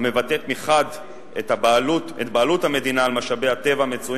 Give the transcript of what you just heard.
המבטאת מחד גיסא את בעלות המדינה על משאבי הטבע המצויים